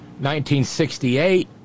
1968